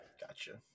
Gotcha